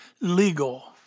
legal